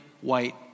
white